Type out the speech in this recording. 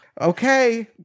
okay